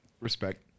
Respect